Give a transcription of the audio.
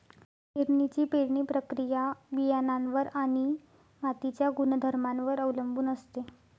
पेरणीची पेरणी प्रक्रिया बियाणांवर आणि मातीच्या गुणधर्मांवर अवलंबून असते